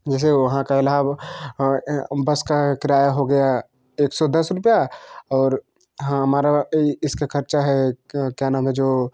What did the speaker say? जैसे वहाँ का इलाहबाद की बस का किराया हो गया एक सौ दस रुपये और हमारा ये इसका ख़र्च है क्या नाम है जो